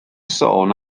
sôn